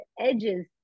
edges